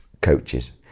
coaches